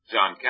John